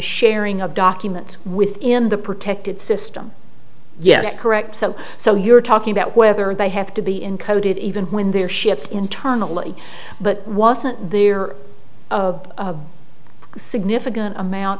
sharing of documents within the protected system yes correct so so you're talking about whether they have to be encoded even when they're shipped internally but wasn't there a significant amount